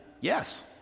yes